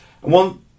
One